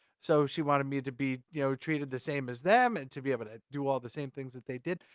so she wanted me to be, you know, treated the same as them, and to be able to do all the same things that they did.